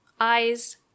eyes